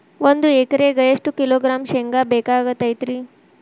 ಒಂದು ಎಕರೆಗೆ ಎಷ್ಟು ಕಿಲೋಗ್ರಾಂ ಶೇಂಗಾ ಬೇಕಾಗತೈತ್ರಿ?